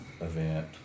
event